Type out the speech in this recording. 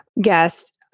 guest